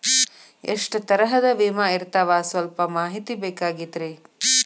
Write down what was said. ಎಷ್ಟ ತರಹದ ವಿಮಾ ಇರ್ತಾವ ಸಲ್ಪ ಮಾಹಿತಿ ಬೇಕಾಗಿತ್ರಿ